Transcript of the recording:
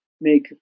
make